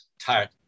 Tired